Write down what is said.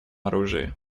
оружии